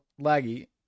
Laggy